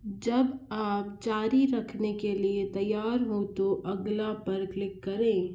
जब आप ज़ारी रखने के लिए तैयार हों तो अगला पर क्लिक करें